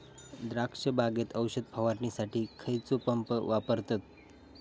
द्राक्ष बागेत औषध फवारणीसाठी खैयचो पंप वापरतत?